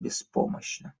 беспомощно